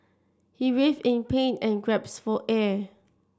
he writhed in pain and gasped for air